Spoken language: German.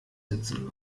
sitzen